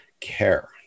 care